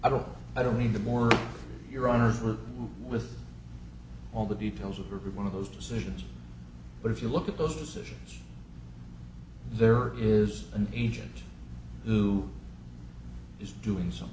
i don't i don't mean the more your honors were with all the details of a one of those decisions but if you look at those decisions there is an agent who is doing something